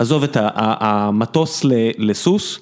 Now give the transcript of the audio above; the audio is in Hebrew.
‫לעזוב את המטוס לסוס.